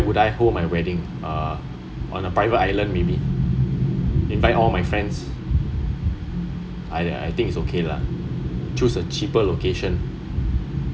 where would I hold my wedding uh on a private island maybe invite all my friends I I think is okay lah choose a cheaper location